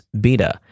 Beta